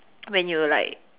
when were like